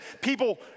people